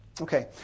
Okay